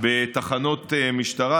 בתחנות משטרה,